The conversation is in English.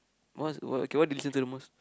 most oh K what do you listen to the most